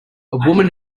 woman